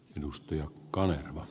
arvoisa puhemies